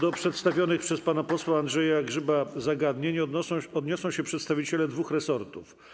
Do przedstawionych przez pana posła Andrzeja Grzyba zagadnień odniosą się przedstawiciele dwóch resortów.